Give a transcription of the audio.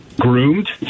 groomed